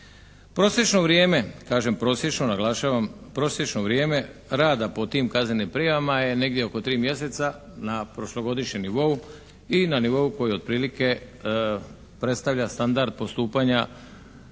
prosječno vrijeme rada po tim kaznenim prijavama je negdje oko 3 mjeseca na prošlogodišnjem nivou i na nivou koji otprilike predstavlja standard postupanja